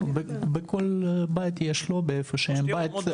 בכל בית יש לו, איפה שאין בית.